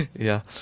yeah.